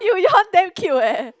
you you hunt them cute eh